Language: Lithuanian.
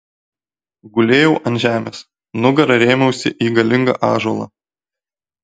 gulėjau ant žemės nugara rėmiausi į galingą ąžuolą